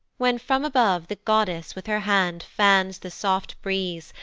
when from above the goddess with her hand fans the soft breeze,